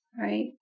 right